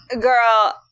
Girl